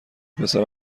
پسر